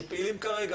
שפעילים כרגע,